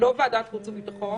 ועדת הכנסת